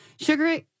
Sugar